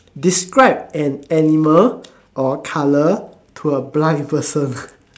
describe an animal or a colour to a blind person